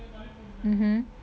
mmhmm